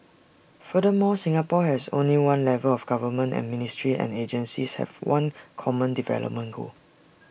furthermore Singapore has only one level of government and ministries and agencies have one common development goal